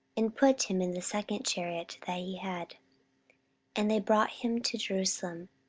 and put him in the second chariot that he had and they brought him to jerusalem,